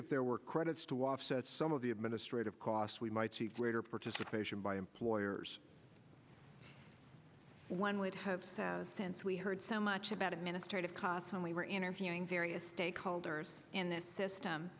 if there were credits to offset some of the administrative costs we might see greater participation by employers one would have said since we heard so much about administrative costs when we were interviewing various stakeholders in this system